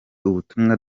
ubumuntu